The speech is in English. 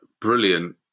brilliant